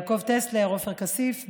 יעקב טסלר ועופר כסיף.